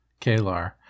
Kalar